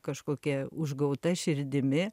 kažkokia užgauta širdimi